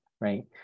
right